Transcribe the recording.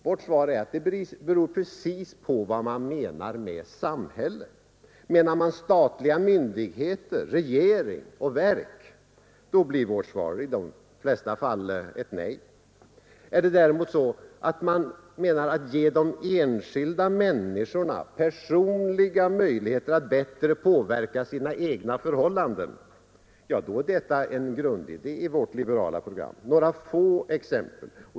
Vårt svar är att det beror på vad man menar med ”samhället”. Menar man statliga myndigheter, regering och verk? Då blir vårt svar i de flesta fall ett nej. Är det däremot så, att man ger de enskilda människorna personliga möjligheter att bättre påverka sina egna förhållanden, då är detta en grundidé i vårt liberala program. Några få exempel.